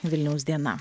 vilniaus diena